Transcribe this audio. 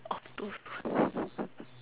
oh two words